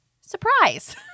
surprise